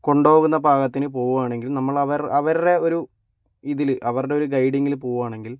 കൊണ്ടോവുന്ന പാകത്തിന് പോവാണെങ്കിൽ നമ്മൾ അവര് അവരുടെ ഒരു ഇതില് അവരുടെ ഒരു ഗൈഡിങ്ങില് പൂവാണെങ്കിൽ